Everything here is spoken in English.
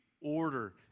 order